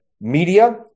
media